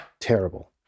terrible